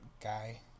guy